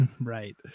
Right